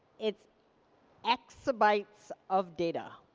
it's exobytes of data.